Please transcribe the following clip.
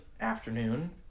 afternoon